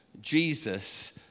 Jesus